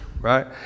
right